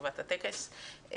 לטובת הטקס,